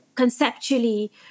conceptually